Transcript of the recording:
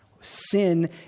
Sin